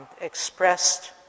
expressed